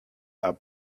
are